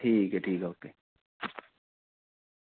ठीक ऐ ठीक ऐ ओके